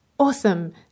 awesome